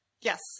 Yes